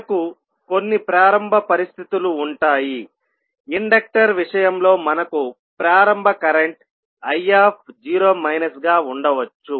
మనకు కొన్ని ప్రారంభ పరిస్థితులు ఉంటాయి ఇండక్టర్ విషయంలో మనకు ప్రారంభ కరెంట్ iగా ఉండవచ్చు